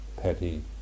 petty